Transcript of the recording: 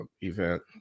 event